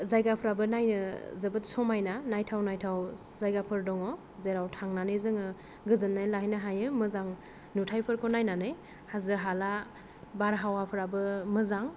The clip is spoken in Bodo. जायगाफ्राबो नायनो जोबोद समायना नायथाव नायथाव जायगाफोर दङ जेराव थांनानै जोङो गोजोननाय लानो हायो मोजां मोजां नुथायफोरखौ नायनानै हाजो हाला बारहावाफ्राबो मोजां